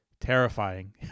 terrifying